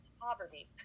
poverty